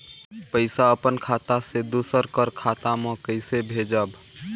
पइसा अपन खाता से दूसर कर खाता म कइसे भेजब?